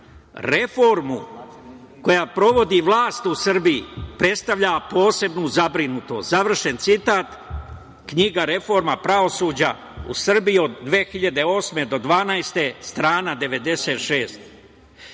reformu koja provodi vlast u Srbiji, predstavlja posebnu zabrinutost, završen citat, knjiga „Reforma pravosuđa u Srbiji od 2008. do 2012. godine“,